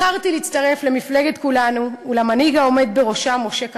בחרתי להצטרף למפלגת כולנו ולמנהיג העומד בראשה משה כחלון.